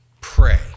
Pray